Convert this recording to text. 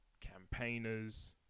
campaigners